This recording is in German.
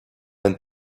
ein